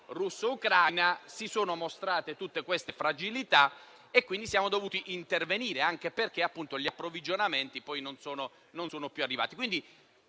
russo-ucraina si sono mostrate tutte queste fragilità e siamo dovuti intervenire, anche perché gli approvvigionamenti non sono più arrivati.